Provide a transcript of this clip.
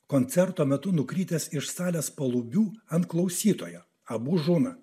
koncerto metu nukritęs iš salės palubių ant klausytojo abu žūna